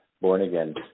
born-again